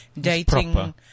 dating